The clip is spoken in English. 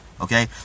Okay